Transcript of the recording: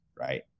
Right